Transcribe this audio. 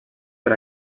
per